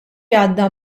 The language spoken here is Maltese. għadda